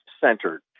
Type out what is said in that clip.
centered